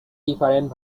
different